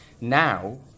Now